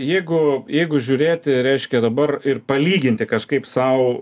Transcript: jeigu jeigu žiūrėti reiškia dabar ir palyginti kažkaip sau